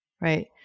right